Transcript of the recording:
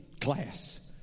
class